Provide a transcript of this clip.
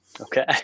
Okay